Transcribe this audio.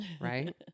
right